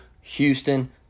Houston